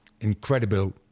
incredible